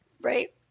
right